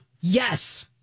Yes